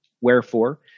Wherefore